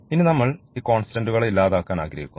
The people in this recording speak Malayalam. ഇനി നമ്മൾ ഈ കോൺസ്റ്റന്റുകളെ ഇല്ലാതാക്കാൻ ആഗ്രഹിക്കുന്നു